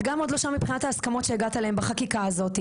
את גם עוד לא שם מבחינת ההסכמות שהגעת אליהן בחקיקה הזאת,